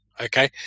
Okay